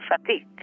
fatigue